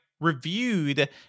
reviewed